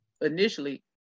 initially